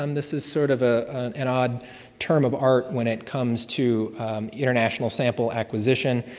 um this is sort of ah an an odd term of art when it comes to international sample acquisition.